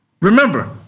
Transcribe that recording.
Remember